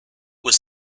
was